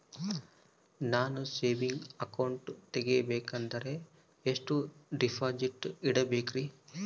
ನಾನು saving account ತೆಗಿಬೇಕಂದರ ಎಷ್ಟು ಡಿಪಾಸಿಟ್ ಇಡಬೇಕ್ರಿ?